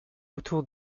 autour